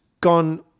gone